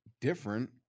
different